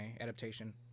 adaptation